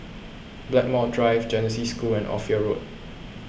Blackmore Drive Genesis School and Ophir Road